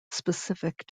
specific